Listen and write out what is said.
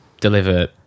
deliver